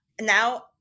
now